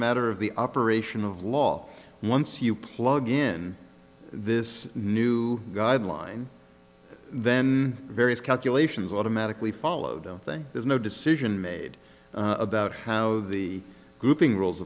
matter of the operation of law once you plug in this new guideline then various calculations automatically follow don't think there's no decision made about how the grouping rules